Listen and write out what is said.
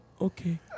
okay